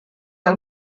del